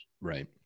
Right